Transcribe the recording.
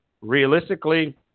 Realistically